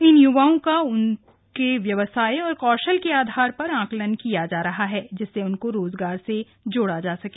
इन युवाओं का उनके व्यवसाय व कौशल के आधार पर आंकड़े तैयार किये जा रहे जिससे उनको रोजगार से जोड़ा जा सके